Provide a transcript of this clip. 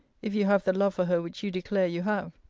if you have the love for her which you declare you have.